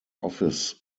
office